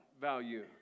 value